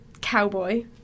cowboy